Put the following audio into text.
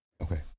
Okay